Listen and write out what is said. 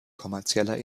kommerzieller